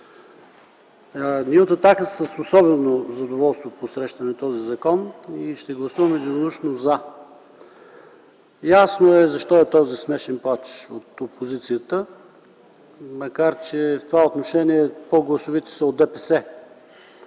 Ние от „Атака” с особено задоволство посрещаме този закон и ще гласуваме единодушно „за”. Ясно е, защо е този „смешен плач” от опозицията, макар че, в това отношение са по-гласовити от ДПС,